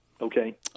Okay